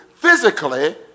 physically